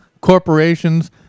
corporations